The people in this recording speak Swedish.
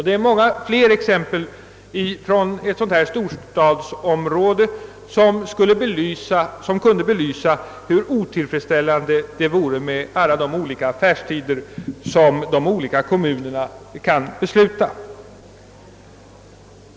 Det finns många fler exempel från storstadsområden som skulle kunna belysa hur otillfredsställande det vore med alla de olika affärstider om vilka de olika närliggande kommunerna kan besluta.